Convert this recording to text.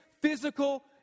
physical